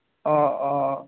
অঁ অঁ